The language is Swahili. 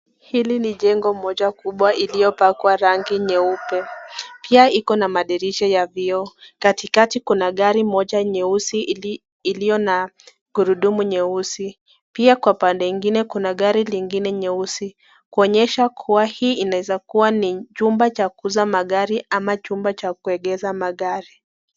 Hili ni njengo moja kubwa iliyopakwa rangi nyeupe ,pia iko na madirisha ya vio , katikati kuna gari moja nyeusi iliyo na ghurudumu nyeusi ,pia kwa pande ingine kuna gari lingine nyeusi kuonyesha kuwa hii inaezakuwa ni chumba cha kuuza magari ama chumba cha kuegeza magari.